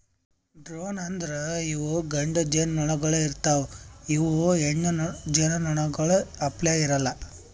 drone ಅಂದುರ್ ಇವು ಗಂಡು ಜೇನುನೊಣಗೊಳ್ ಇರ್ತಾವ್ ಇವು ಹೆಣ್ಣು ಜೇನುನೊಣಗೊಳ್ ಅಪ್ಲೇ ಇರಲ್ಲಾ